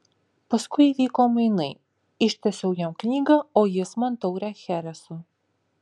paskui įvyko mainai ištiesiau jam knygą o jis man taurę chereso